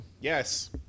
Yes